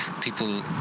people